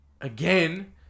again